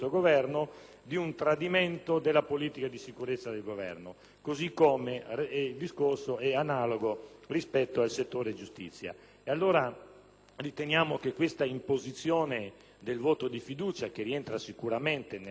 di un tradimento della politica di sicurezza di questo Governo. Il discorso è analogo rispetto al settore giustizia. Riteniamo che questa imposizione del voto di fiducia, che rientra sicuramente nelle facoltà